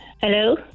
hello